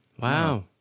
Wow